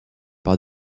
par